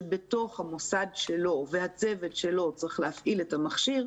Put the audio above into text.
שבתוך המוסד שלו והצוות שלו צריך להפעיל את המכשיר,